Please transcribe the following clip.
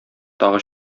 тагы